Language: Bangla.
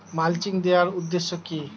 মালচিং দেওয়ার উদ্দেশ্য কি?